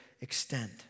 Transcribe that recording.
extent